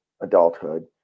adulthood